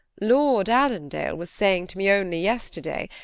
lord allandale was saying to me only yesterday,